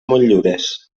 motllures